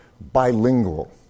bilingual